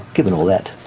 given all that,